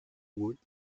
wood